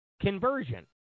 conversion